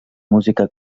música